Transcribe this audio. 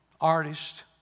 artist